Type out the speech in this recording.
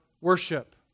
worship